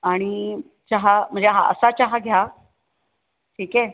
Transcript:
आणि चहा म्हणजे हा असा चहा घ्या ठीक आहे